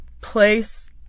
place